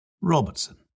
Robertson